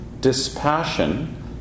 dispassion